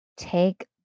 take